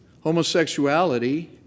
Homosexuality